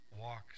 walk